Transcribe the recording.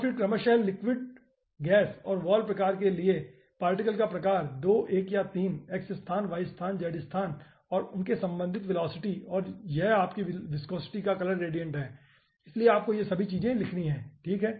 और फिर क्रमशः गैस लिक्विड और वाल प्रकार के लिए पार्टिकल का प्रकार 12 या 3 x स्थान y स्थान z स्थान और उनके संबंधित वेलोसिटी और यह आपकी विसकोसिटी का कलर ग्रेडिएंट है इसलिए आपको ये सभी चीजें लिखनी हैं ठीक है